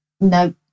no